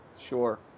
sure